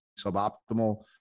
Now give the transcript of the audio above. suboptimal